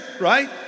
right